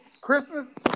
Christmas